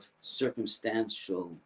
circumstantial